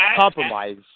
compromise